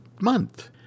month